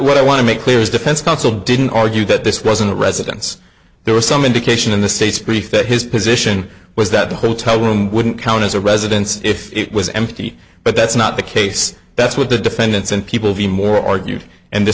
what i want to make clear is defense counsel didn't argue that this wasn't a residence there was some indication in the state's brief that his position was that the hotel room wouldn't count as a residence if it was empty but that's not the case that's what the defendants and people the more argued and th